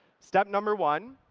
step number one,